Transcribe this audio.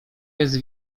jest